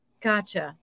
Gotcha